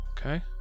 Okay